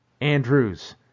Andrews